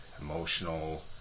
emotional